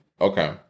Okay